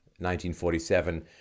1947